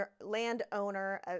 landowner